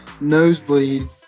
Nosebleed